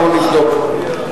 נתקבלה.